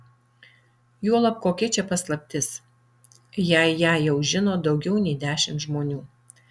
juolab kokia čia paslaptis jei ją jau žino daugiau nei dešimt žmonių